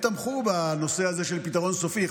תמך בנושא הזה של פתרון סופי.